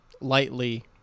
lightly